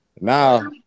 Now